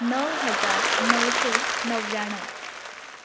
णव हजार णवशें णव्याणव